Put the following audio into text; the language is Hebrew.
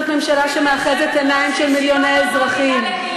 ממשלה שמאחזת עיניים של מיליוני אזרחים.